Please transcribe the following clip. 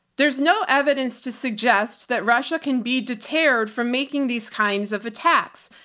there's no evidence to suggest that russia can be deterred from making these kinds of attacks,